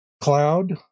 cloud